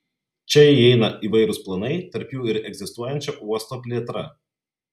čia įeina įvairūs planai tarp jų ir egzistuojančio uosto plėtra